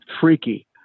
Freaky